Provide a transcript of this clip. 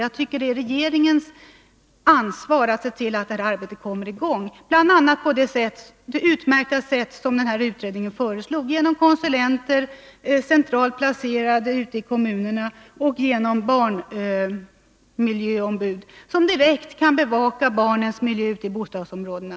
Jag tycker regeringen ansvarar för att arbetet kommer i gång — bl.a. på det utmärkta sätt som utredningen föreslog, genom konsulenter, centralt placerade ute i kommunerna, och genom barnmiljöombud som direkt kan bevaka barnens miljö ute i bostadsområdena.